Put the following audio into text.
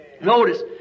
Notice